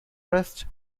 rest